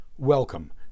Welcome